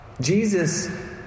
Jesus